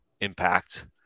impact